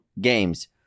games